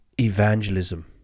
evangelism